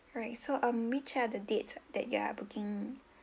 alright so um which are the date that you are booking